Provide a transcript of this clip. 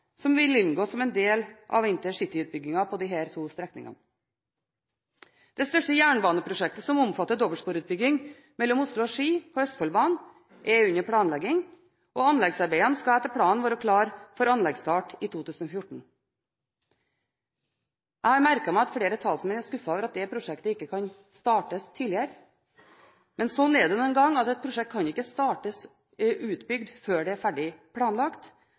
som vil inngå som en del av intercityutbyggingen på disse to strekningene. Det største jernbaneprosjektet, som omfatter dobbelsporutbyggingen mellom Oslo og Ski på Østfoldbanen, er under planlegging, og anleggsarbeidene skal etter planen være klare for anleggsstart i 2014. Jeg har merket meg at flere talsmenn er skuffet over at det prosjektet ikke kan startes tidligere, men slik er det nå en gang at et prosjekt ikke kan startes før det er ferdig planlagt.